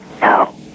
No